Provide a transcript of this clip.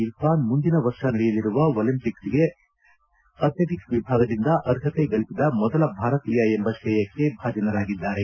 ಇರ್ಫಾನ್ ಮುಂದಿನ ವರ್ಷ ನಡೆಯಲಿರುವ ಒಲಿಂಪಿಕ್ಸೆಗೆ ಅಥ್ಲೆಟಿಕ್ಸೆ ವಿಭಾಗದಿಂದ ಅರ್ಹತೆ ಗಳಿಸಿದ ಮೊದಲ ಭಾರತೀಯ ಎಂಬ ಶ್ರೇಯಕ್ಕೆ ಭಾಜನರಾಗಿದ್ದಾರೆ